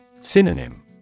Synonym